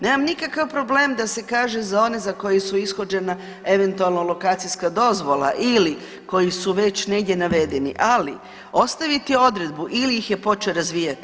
Nemam nikakav problem da se kaže za one za koji su ishođena eventualno lokacijska dozvola ili koji su već negdje navedeni, ali ostaviti odredbu ili ih je počeo razvijati.